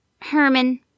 Herman